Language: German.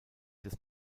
des